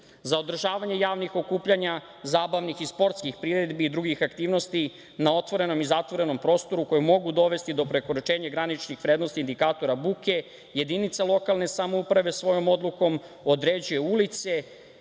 održavanje javnih okupljanja, zabavnih i sportskih priredbi i drugih aktivnosti na otvorenom i zatvorenom prostoru, koje mogu dovesti do prekoračenja graničnih vrednosti indikatora buke, jedinica lokalne samouprave svojom odlukom određuje ulice,